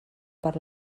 per